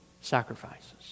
Sacrifices